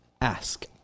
Ask